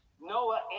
Noah